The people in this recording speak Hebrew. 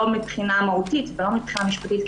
לא מבחינה מהותית ולא מבחינה משפטית,